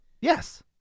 Yes